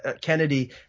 kennedy